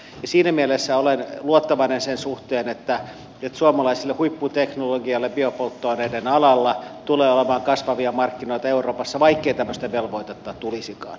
siinä mielessä olen luottavainen sen suhteen että suomalaiselle huipputeknologialle biopolttoaineiden alalla tulee olemaan kasvavia markkinoita euroopassa vaikkei tämmöistä velvoitetta tulisikaan